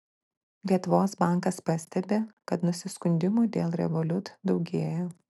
lietuvos bankas pastebi kad nusiskundimų dėl revolut daugėja